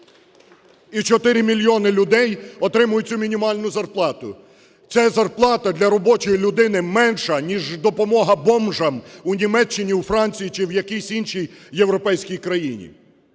І 4 мільйони людей отримують цю мінімальну зарплату. Це зарплата для робочої людини менша, ніж допомога бомжам у Німеччині, у Франції чи в якійсь іншій європейській країні.